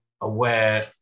aware